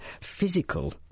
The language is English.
physical